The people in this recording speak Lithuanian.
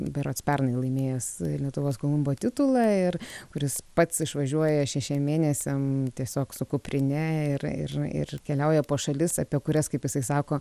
berods pernai laimėjęs lietuvos kolumbo titulą ir kuris pats išvažiuoja šešiem mėnesiam tiesiog su kuprine ir ir ir keliauja po šalis apie kurias kaip jisai sako